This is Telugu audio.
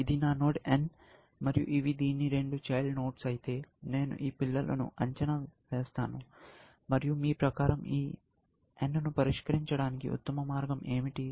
ఇది నా నోడ్ n మరియు ఇవి దీని రెండు చైల్డ్ నోడ్స్ అయితే నేను ఈ పిల్లలను అంచనా వేస్తాను మరియు మీ ప్రకారం ఈ n ను పరిష్కరించడానికి ఉత్తమ మార్గం ఏమిటి